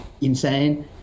insane